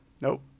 Nope